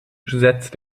setzt